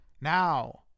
Now